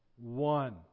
one